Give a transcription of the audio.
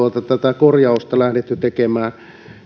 tätä korjausta lähdetty tekemään